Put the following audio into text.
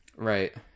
Right